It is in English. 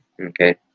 Okay